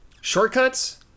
shortcuts